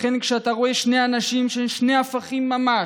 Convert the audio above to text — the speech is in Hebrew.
וכן כשאתה רואה שני אנשים שהם שני הפכים ממש,